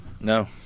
No